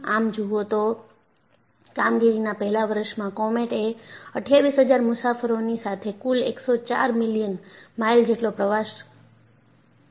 આમ જુઓ તો કામગીરીના પહેલા વર્ષમાં કોમેટ એ 28000 મુસાફરોની સાથે કુલ 104 મિલિયન માઇલ જેટલો પ્રવાસ કરે છે